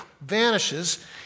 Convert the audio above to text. vanishes